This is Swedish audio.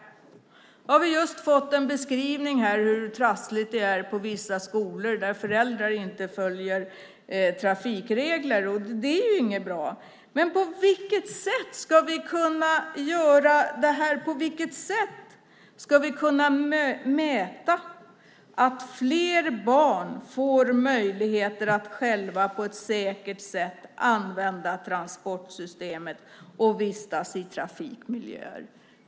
Nu har vi just fått en beskrivning av hur trassligt det är vid vissa skolor där föräldrar inte följer trafikregler. Det är inte bra. Men på vilket sätt ska vi kunna göra detta? På vilket sätt ska vi kunna mäta att fler barn får möjlighet att själva på ett säkert sätt använda transportsystemet och vistas i trafikmiljöer?